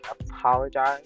apologize